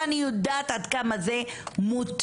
ואני יודע עד כמה זה מוטמע.